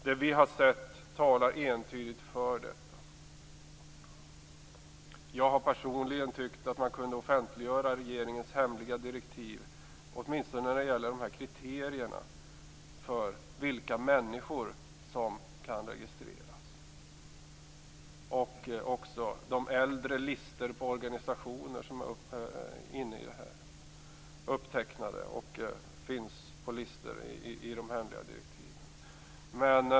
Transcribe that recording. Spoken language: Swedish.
Det vi har sett talar entydigt för detta. Jag har personligen tyckt att man kunde offentliggöra regeringens hemliga direktiv åtminstone när det gäller kriterierna för vilka människor som kan registreras och också de äldre listor på organisationer som finns i de hemliga direktiven.